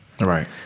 Right